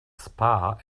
spa